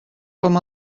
com